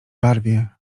barwie